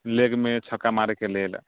लेगमे छक्का मारैके लेल